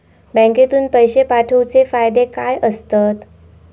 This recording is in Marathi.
बँकेतून पैशे पाठवूचे फायदे काय असतत?